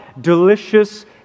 delicious